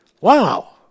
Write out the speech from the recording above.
Wow